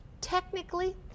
Technically